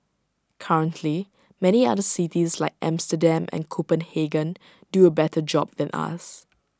currently many other cities like Amsterdam and Copenhagen do A better job than us